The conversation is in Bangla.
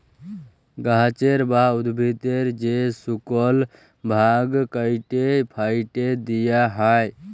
গাহাচের বা উদ্ভিদের যে শুকল ভাগ ক্যাইটে ফ্যাইটে দিঁয়া হ্যয়